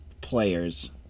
players